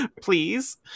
please